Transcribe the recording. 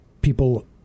people